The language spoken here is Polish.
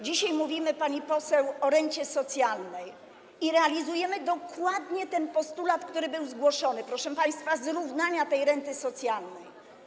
Dzisiaj mówimy, pani poseł, o rencie socjalnej i realizujemy dokładnie ten postulat, który był zgłoszony, zrównania tej renty socjalnej.